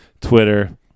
Twitter